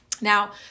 Now